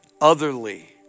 otherly